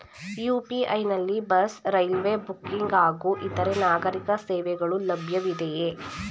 UPI ನಲ್ಲಿ bus, railway booking ಹಾಗೂ ಇತರೆ ನಾಗರೀಕ ಸೇವೆಗಳು ಲಭ್ಯವಿದೆಯೇ?